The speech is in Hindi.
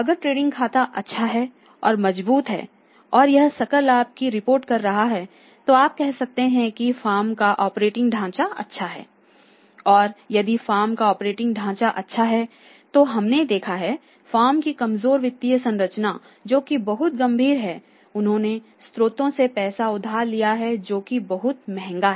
अगर ट्रेडिंग खाता अच्छा है और मजबूत है और यह सकल लाभ की रिपोर्ट कर रहा है तो आप कह सकते हैं कि फर्म का ऑपरेटिंग ढांचा अच्छा है और यदि फर्म का ऑपरेटिंग ढांचा अच्छा है तो हमने देखा है फर्म की कमजोर वित्तीय संरचना जोकि बहुत गंभीर है उन्होंने स्रोतों से पैसा उधार लिया है जो कि बहुत महंगा है